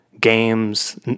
games